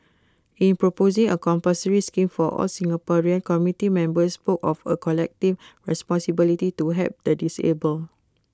in proposing A compulsory scheme for all Singaporeans committee members spoke of A collective responsibility to help the disabled